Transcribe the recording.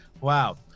Wow